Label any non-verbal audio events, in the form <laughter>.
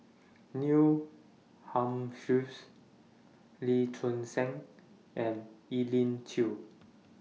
Neil <unintelligible> Lee Choon Seng and Elim Chew